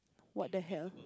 what the hell